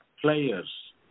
players